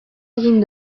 egin